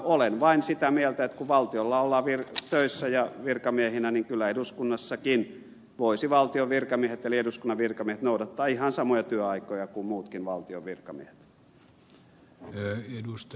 olen vain sitä mieltä että kun valtiolla ollaan töissä ja virkamiehinä niin kyllä eduskunnassakin voisivat valtion virkamiehet eli eduskunnan virkamiehet noudattaa ihan samoja työaikoja kuin muutkin valtion virkamiehet